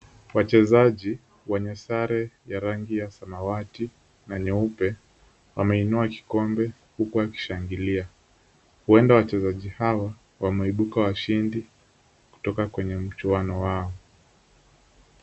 Wachezaji wenye sare ya rangi ya samawati na nyeupe wameinua kikombe huku wakishangilia. Huenda wachezaji hawa wameibuka washindi kutoka kwenye mchuano wao .